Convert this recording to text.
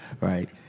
right